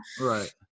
Right